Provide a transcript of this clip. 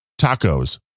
tacos